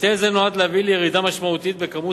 היטל זה נועד להביא לירידה משמעותית בכמות